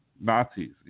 Nazis